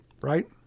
right